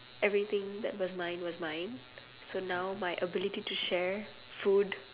everything that was mine was mine so now my ability to share food